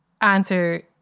answer